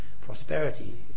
prosperity